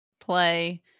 play